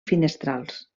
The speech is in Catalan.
finestrals